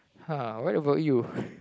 !huh! what about you